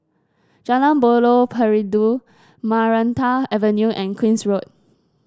Jalan Buloh Perindu Maranta Avenue and Queen's Road